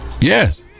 Yes